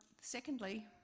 secondly